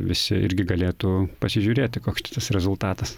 visi irgi galėtų pasižiūrėti koks tai tas rezultatas